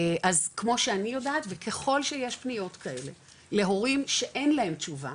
אז כמו שאני יודעת וככול שיש פניות כאלה להורים שאין להם תשובה,